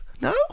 No